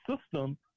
system